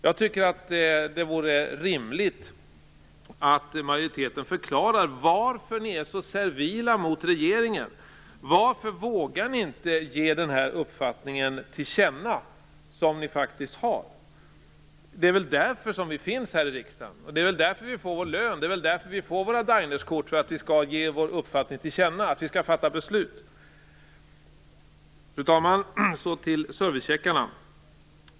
Jag tycker att det vore rimligt om ni som företräder majoriteten förklarade varför ni är så servila mot regeringen. Varför vågar ni inte ge er uppfattning till känna - en uppfattning som ni faktiskt har? Det är väl därför vi finns här i riksdagen! Det är väl därför vi får vår lön och våra Dinerskort - för att vi skall ge vår uppfattning till känna, för att vi skall fatta beslut. Fru talman! Så till servicecheckarna.